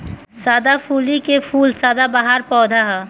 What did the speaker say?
सदाफुली के फूल सदाबहार पौधा ह